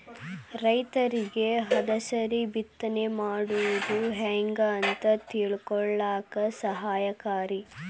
ರೈತರಿಗೆ ಹದಸರಿ ಬಿತ್ತನೆ ಮಾಡುದು ಹೆಂಗ ಅಂತ ತಿಳಕೊಳ್ಳಾಕ ಸಹಾಯಕಾರಿ